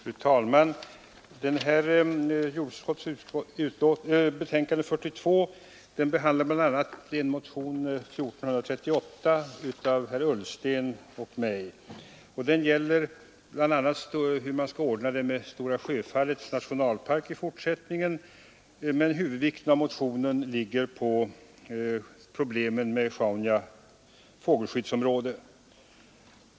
Fru talman! I jordbruksutskottets förevarande betänkande nr 42 behandlas bl.a. motionen 1438 av herr Ullsten och mig. Den handlar om hur man i fortsättningen skall ordna det med Stora Sjöfallets nationalpark, men huvudvikten i motionen ligger på problemen med Sjaunja fågelskyddsom råde.